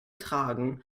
tragen